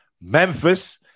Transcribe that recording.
Memphis